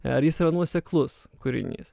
ar jis yra nuoseklus kūrinys